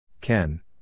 Ken